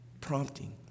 prompting